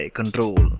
Control